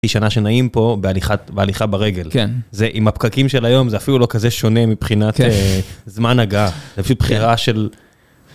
חצי שנה שנעים פה בהליכה ברגל. כן. עם הפקקים של היום זה אפילו לא כזה שונה מבחינת זמן הגעה. זה פשוט בחירה של...